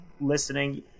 listening